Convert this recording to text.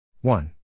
one